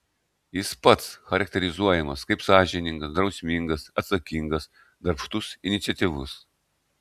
jis pats charakterizuojamas kaip sąžiningas drausmingas atsakingas darbštus iniciatyvus